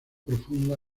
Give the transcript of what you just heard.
profunda